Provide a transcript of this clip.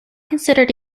considered